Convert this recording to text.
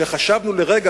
שחשבנו לרגע,